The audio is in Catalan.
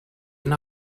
una